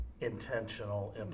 intentional